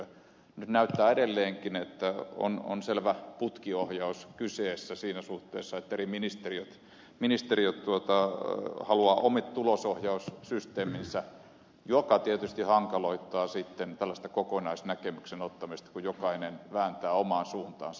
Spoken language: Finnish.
nyt näyttää edelleenkin että on selvä putkiohjaus kyseessä siinä suhteessa että eri ministeriöt haluavat omat tulosohjaussysteeminsä mikä tietysti hankaloittaa tällaista kokonaisnäkemyksen ottamista kun jokainen vääntää omaan suuntaansa